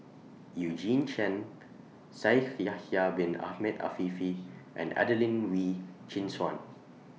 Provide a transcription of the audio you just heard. Eugene Chen Shaikh Yahya Bin Ahmed Afifi and Adelene Wee Chin Suan